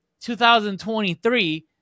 2023